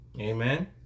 amen